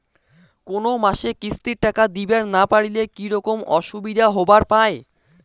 কোনো মাসে কিস্তির টাকা দিবার না পারিলে কি রকম অসুবিধা হবার পায়?